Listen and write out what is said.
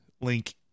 link